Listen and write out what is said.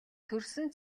төрсөн